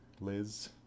Liz